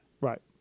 Right